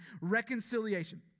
reconciliation